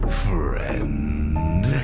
friend